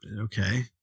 okay